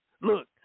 look